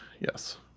Yes